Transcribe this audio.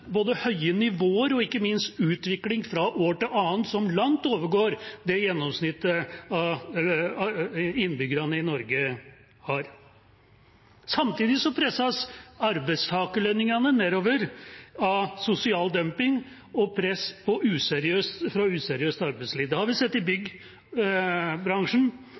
høye nivåer og ikke minst en utvikling fra et år til et annet som langt overgår det gjennomsnittet av innbyggerne i Norge har. Samtidig presses arbeidstakerlønningene nedover av sosial dumping og press fra useriøst arbeidsliv. Det har vi sett i